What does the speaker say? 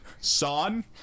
son